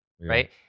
right